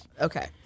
Okay